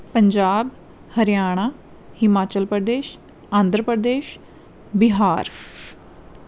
Punjab Haryana Himachal Pradesh Andhra Pradesh Bihar